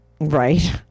Right